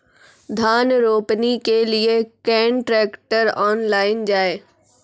धान रोपनी के लिए केन ट्रैक्टर ऑनलाइन जाए?